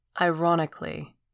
Ironically